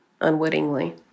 unwittingly